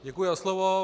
Děkuji za slovo.